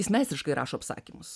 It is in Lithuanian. jis meistriškai rašo apsakymus